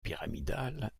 pyramidale